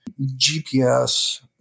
gps